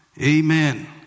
Amen